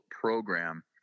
program